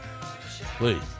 please